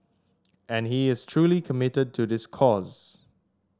and he is truly committed to this cause